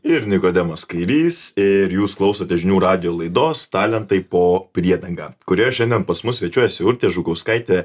ir nikodemas kairys ir jūs klausote žinių radijo laidos talentai po priedanga kurioje šiandien pas mus svečiuojasi urtė žukauskaitė